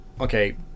okay